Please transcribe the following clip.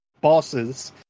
bosses